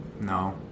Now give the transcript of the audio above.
no